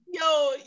Yo